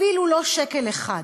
אפילו לא שקל אחד.